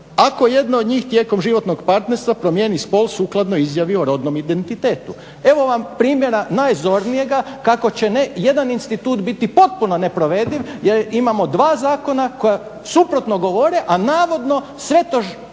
Ako jedna od njih tijekom životnog partnerstva promijeni spol sukladno izjavi o rodnom identitetu. Evo vam primjera najzornijega kako će ne jedan institut biti potpuno neprovediv jer imamo dva zakona koja suprotno govore, a navodno sve to